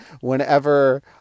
whenever